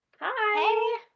Hi